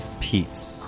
peace